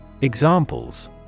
Examples